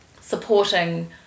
supporting